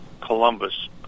Columbus